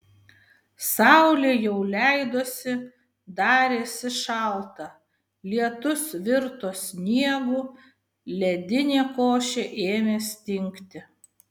saulė jau leidosi darėsi šalta lietus virto sniegu ledinė košė ėmė stingti